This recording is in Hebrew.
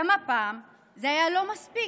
גם הפעם זה היה לא מספיק.